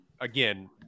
again